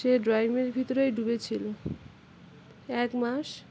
সে ড্রয়িংয়ের ভিতরেই ডুবেছিল এক মাস